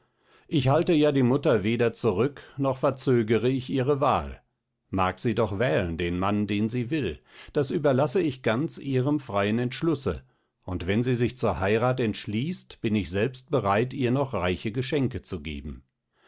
ich halte ja die mutter weder zurück noch verzögere ich ihre wahl mag sie doch wählen den mann den sie will das überlasse ich ganz ihrem freien entschlusse und wenn sie sich zur heirat entschließt bin ich selbst bereit ihr noch reiche geschenke zu geben